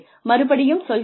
மறுபடியும் சொல்கிறேன்